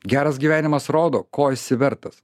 geras gyvenimas rodo ko esi vertas